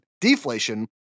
Deflation